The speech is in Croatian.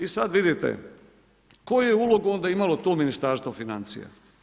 I sad vidite, koju je ulogu imalo tu Ministarstvo financija?